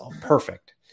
perfect